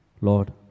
Lord